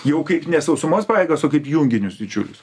jau kaip ne sausumos pajėgas o kaip junginius didžiulius